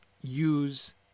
use